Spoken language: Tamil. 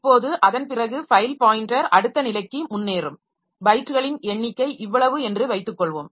இப்போது அதன் பிறகு ஃபைல் பாயின்டர் அடுத்த நிலைக்கு முன்னேறும் பைட்டுகளின் எண்ணிக்கை இவ்வளவு என்று வைத்துக்கொள்வோம்